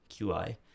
qi